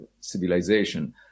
civilization